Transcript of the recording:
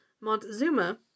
Montezuma